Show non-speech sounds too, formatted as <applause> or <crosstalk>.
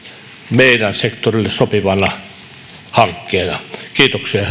meidän sektorillemme sopivana hankkeena kiitoksia <unintelligible>